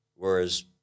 Whereas